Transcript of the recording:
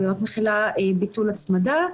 והיא רק מכילה ביטול הצמדה.